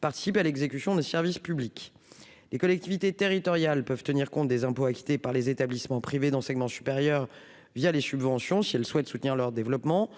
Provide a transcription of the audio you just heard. participer à l'exécution des services publics, les collectivités territoriales peuvent tenir compte des impôts acquittés par les établissements privés d'enseignement supérieur via les subventions si elle souhaite soutenir leur développement